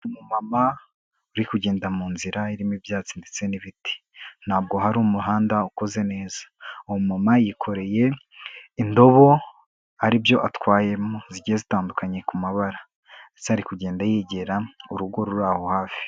Umumama uri kugenda mu nzira irimo ibyatsi ndetse n'ibiti, ntabwo hari umuhanda ukoze neza, uwo mu mama yikoreye indobo hari ibyo atwayemo zigiye zitandukanye ku mabara, ndetse ari kugenda yegera urugo ruri aho hafi.